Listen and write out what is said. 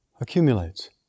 accumulates